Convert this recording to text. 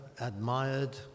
admired